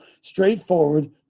straightforward